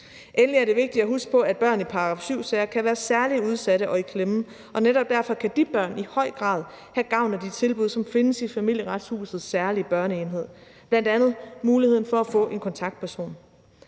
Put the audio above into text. Endelig er det vigtigt at huske på, at børn i § 7-sager kan være særlig udsatte og i klemme, og netop derfor kan de børn i høj grad have gavn af de tilbud, som findes i Familieretshusets særlig børneenhed, bl.a. muligheden for at få en kontaktperson.